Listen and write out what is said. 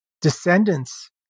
descendants